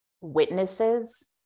witnesses